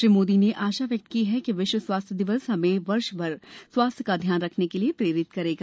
श्री मोदी ने आशा व्यक्त की कि विश्व स्वास्थ्य दिवस हमें वर्ष भर स्वास्थ्य का ध्यान रखने के लिए प्रेरित करेगा